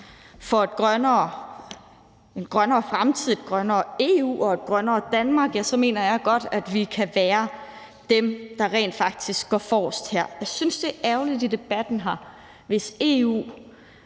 for en grønnere fremtid, et grønnere EU og et grønnere Danmark, mener jeg godt, vi kan være dem, der går forrest her. Jeg synes, det er ærgerligt i debatten her, hvis EU